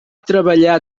treballar